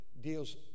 deals